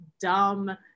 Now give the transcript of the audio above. dumb